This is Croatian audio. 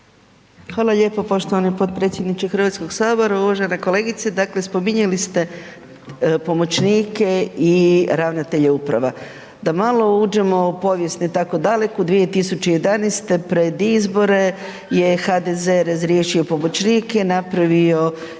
Hvala lijepo poštovani potpredsjedniče Hrvatskog sabora. Uvažena kolegice, dakle spominjali ste pomoćnike i ravnatelja uprava. Da malo uđemo u povijest ne tako daleku, 2011. pred izbore je HDZ je razriješio pomoćnike i napravio